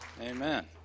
Amen